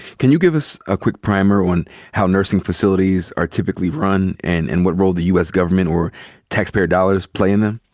can you give us a quick primer on how nursing facilities are typically run, and and what role the u. s. government or taxpayer dollars play in them?